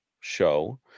show